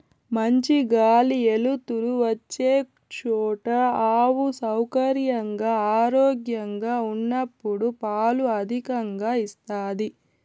మంచి గాలి ఎలుతురు వచ్చే చోట ఆవు సౌకర్యంగా, ఆరోగ్యంగా ఉన్నప్పుడు పాలు అధికంగా ఇస్తాది